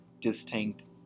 distinct